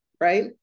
right